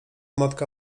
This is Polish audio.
matka